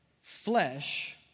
flesh